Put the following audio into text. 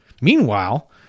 Meanwhile